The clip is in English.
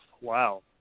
Wow